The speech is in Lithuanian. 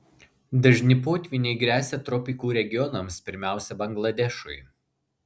dažni potvyniai gresia tropikų regionams pirmiausia bangladešui